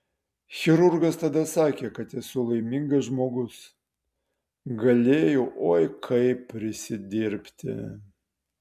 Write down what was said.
chirurgas tada sakė kad esu laimingas žmogus galėjau oi kaip prisidirbti